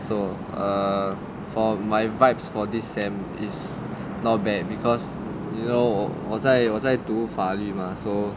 so err for my vibes for this sem is not bad because you know 我在我在读法律 mah so